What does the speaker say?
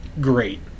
great